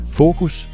fokus